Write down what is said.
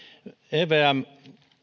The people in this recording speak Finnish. evmn